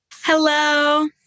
hello